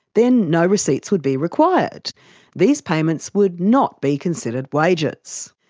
then no receipts would be required these payments would not be considered wages.